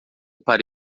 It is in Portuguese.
para